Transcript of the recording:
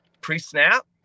pre-snap